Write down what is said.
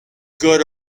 good